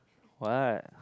what